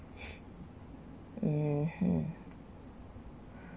mmhmm